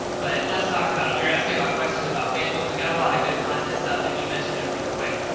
but let's talk about it. we're asking about questions about facebook, we got a lot of good content stuff, and you mentioned it real quick.